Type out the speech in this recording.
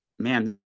man